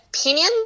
opinion